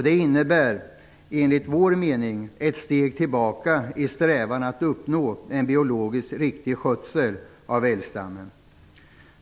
Det innebär, enligt vår mening, ett steg tillbaka i strävan att uppnå en biologiskt riktig skötsel av älgstammen.